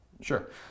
Sure